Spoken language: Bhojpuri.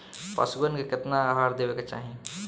पशुअन के केतना आहार देवे के चाही?